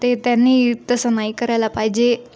ते त्यांनी तसं नाही करायला पाहिजे